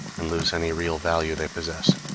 and lose any real value they possess.